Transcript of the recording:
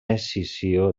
escissió